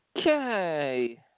Okay